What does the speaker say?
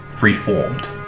reformed